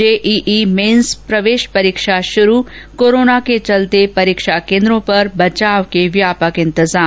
JEE mains प्रवेश परीक्षा शुरु कोरोना के चलते परीक्षा केन्द्रों पर बचाव के व्यापक इंतजाम